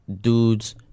dudes